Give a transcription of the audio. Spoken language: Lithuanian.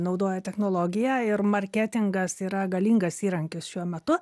naudoja technologiją ir marketingas yra galingas įrankis šiuo metu